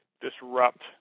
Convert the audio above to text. disrupt